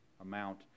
amount